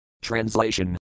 Translation